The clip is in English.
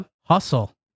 hustle